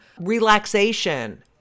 relaxation